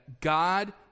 god